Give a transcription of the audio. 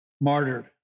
martyred